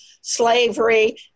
slavery